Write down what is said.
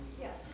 Yes